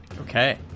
okay